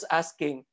asking